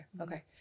Okay